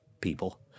people